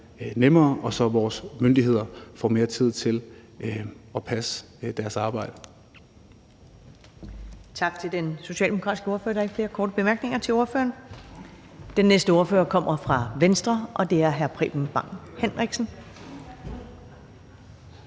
og så vores myndigheder får mere tid til at passe deres arbejde.